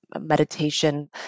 meditation